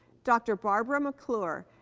dr. barbara mcclure,